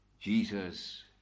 Jesus